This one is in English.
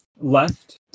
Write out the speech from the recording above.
left